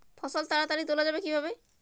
ফসল তাড়াতাড়ি তোলা যাবে কিভাবে?